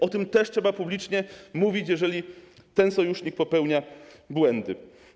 O tym też trzeba publicznie mówić, jeżeli ten sojusznik popełnia błędy.